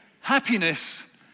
happiness